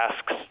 asks